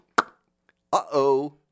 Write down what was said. uh-oh